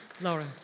Laura